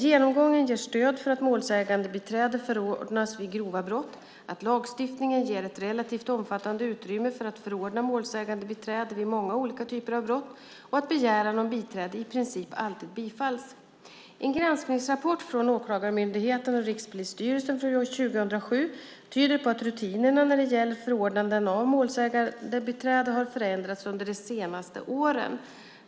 Genomgången ger stöd för att målsägandebiträde förordnas vid grova brott, att lagstiftningen ger ett relativt omfattande utrymme för att förordna målsägandebiträde vid många olika typer av brott och att begäran om biträde i princip alltid bifalls. En granskningsrapport från Åklagarmyndigheten och Rikspolisstyrelsen från 2007 tyder på att rutinerna när det gäller förordnanden av målsägandebiträde har förändrats under de senaste åren.